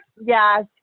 Yes